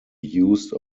used